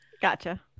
gotcha